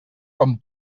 com